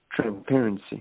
transparency